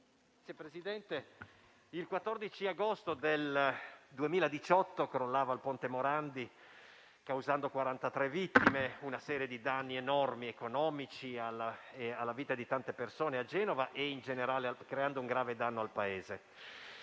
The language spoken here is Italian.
Signor Presidente, il 14 agosto 2018 crollava il ponte Morandi, causando 43 vittime, una serie di danni economici enormi alla vita di tante persone a Genova e, in generale, creando un grave danno al Paese.